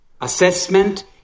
assessment